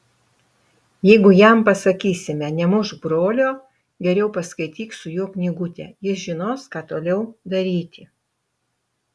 jeigu jam pasakysime nemušk brolio geriau paskaityk su juo knygutę jis žinos ką toliau daryti